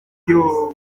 yooo